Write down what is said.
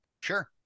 Sure